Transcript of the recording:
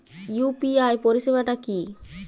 UPI পরিসেবাটা কি?